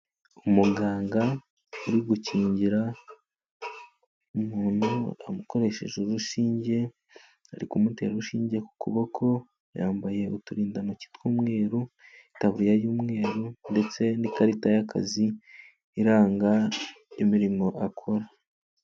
Umuganga uri gukingira umuntu akoresheje urushinge, ari kumutera urushinge ku kuboko, yambaye uturindantoki tw'umweru, itaburiya y'umweru ndetse n'ikarita y'akazi iranga imirimo akora.